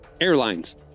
airlines